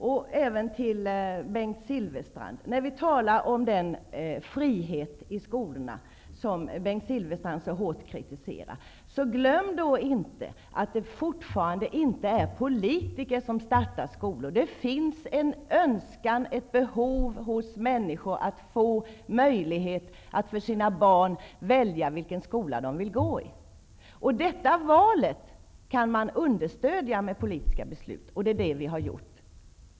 Vidare har vi frågan om frihet i val av skolor, som Bengt Silfverstrand så hårt kritiserar. Glöm då inte att det fortfarande inte är politiker som startar skolor. Det finns en önskan och ett behov hos människor att kunna välja vilken skola deras barn skall gå i. Detta val kan understödjas av politiska beslut - vilket vi har gjort.